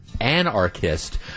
anarchist